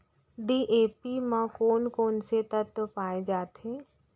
DAP म कोन कोन से तत्व पाए जाथे?